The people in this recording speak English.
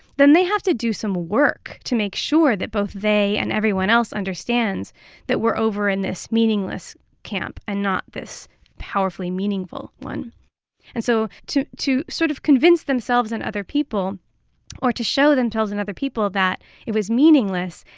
then they have to do some work to make sure that both they and everyone else understands that we're over in this meaningless camp and not this powerfully meaningful one and so to to sort of convince themselves and other people or to show themselves and other people that it was meaningless,